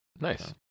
Nice